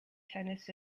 tennis